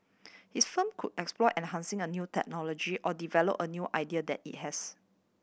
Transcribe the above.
his firm could explore enhancing a new technology or develop a new idea that it has